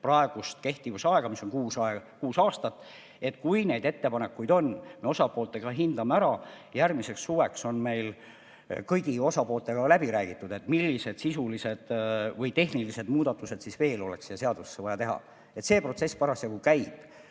praegust kehtivuse aega, mis on kuus aastat. Kui neid ettepanekuid on, siis me osapooltega hindame need ära. Järgmiseks suveks on meil kõigi osapooltega läbi räägitud, millised sisulised või tehnilised muudatused siis veel oleks siia seadusesse vaja teha. See protsess parasjagu käib.Me